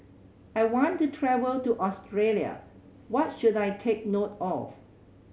I want to travel to Australia what should I take note of